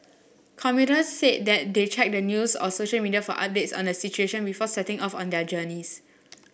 commuters said they checked the news or social media for updates on the situation before setting off on their journeys